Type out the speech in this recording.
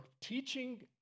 teaching